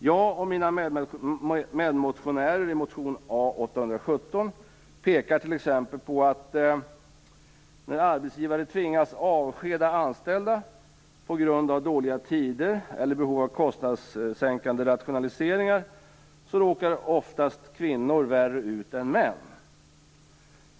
Jag och mina medmotionärer i motion A817 pekar t.ex. på att när arbetsgivare tvingas avskeda anställda på grund av dåliga tider eller behov av kostnadssänkande rationaliseringar råkar oftast kvinnor värre ut än män.